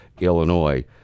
Illinois